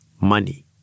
money